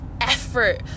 effort